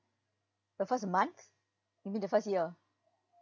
oh first month you mean the first year